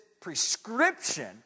prescription